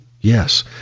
Yes